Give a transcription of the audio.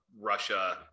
Russia